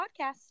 podcast